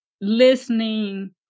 listening